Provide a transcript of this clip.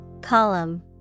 column